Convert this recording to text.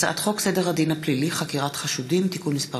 הצעת חוק סדר הדין הפלילי (חקירת חשודים) (תיקון מס'